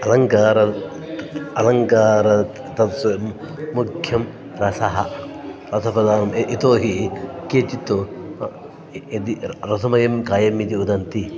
अलङ्कारः अलङ्कारः तस्य मुख्यं रसः अतः फलारम्भे यतो हि केचित् यदि रसमयं काव्यम् इति वदन्ति